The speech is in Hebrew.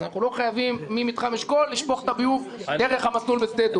אז אנחנו לא חייבים ממתחם אשכול לשפוך את הביוב דרך המסלול בשדה דב.